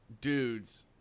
dudes